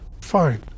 fine